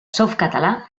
softcatalà